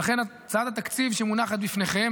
ולכן הצעת התקציב שמונחת בפניכם,